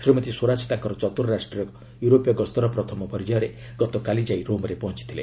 ଶ୍ରୀମତୀ ସ୍ୱରାଜ ତାଙ୍କର ଚତ୍ରର୍ରାଷ୍ଟ୍ରୀୟ ୟରୋପୀୟ ଗସ୍ତର ପ୍ରଥମ ପର୍ଯ୍ୟାୟରେ ଗତକାଲି ଯାଇ ରୋମ୍ରେ ପହଞ୍ଚିଛନ୍ତି